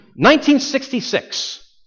1966